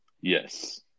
Yes